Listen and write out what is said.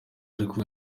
ariko